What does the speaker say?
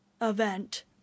event